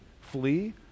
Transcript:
flee